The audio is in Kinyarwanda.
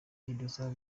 idusaba